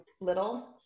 little